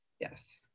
Yes